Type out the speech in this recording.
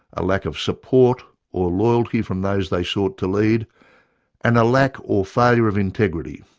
a lack of support or loyalty from those they sought to lead and a lack or failure of integrity.